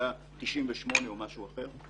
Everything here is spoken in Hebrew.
מאוגדה 98 או משהו אחר.